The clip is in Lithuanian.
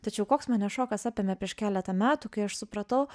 tačiau koks mane šokas apėmė prieš keletą metų kai aš supratau